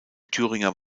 thüringer